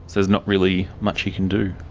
there's not really much you can do.